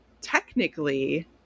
technically